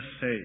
say